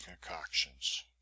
concoctions